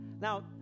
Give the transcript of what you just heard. Now